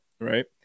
right